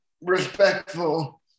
respectful